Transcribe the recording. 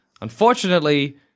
Unfortunately